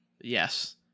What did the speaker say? yes